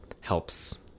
helps